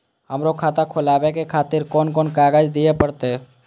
हमरो खाता खोलाबे के खातिर कोन कोन कागज दीये परतें?